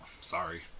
Sorry